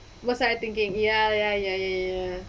was I thinking ya ya ya ya ya ya